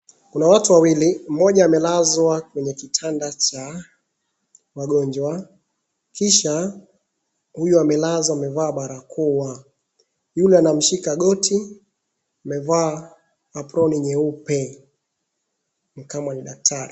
Kuna watu wawili, mmoja amelazwa kwenye kitanda cha wagonjwa kisha huyu amelazwa amevaa barakoa, yule anamshika goti amevaa aproni nyeupe, ni kama ni daktari.